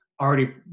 already